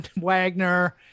Wagner